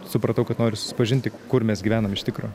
supratau kad noriu susipažinti kur mes gyvenam iš tikro